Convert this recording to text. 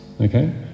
okay